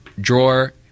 drawer